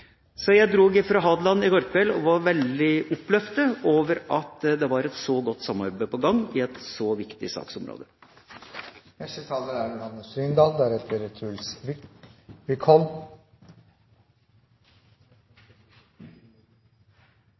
Så jeg dro fra Hadeland i går kveld og var veldig oppløftet over at det var et så godt samarbeid på gang på et så viktig